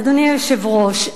אדוני היושב-ראש,